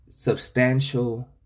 Substantial